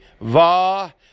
va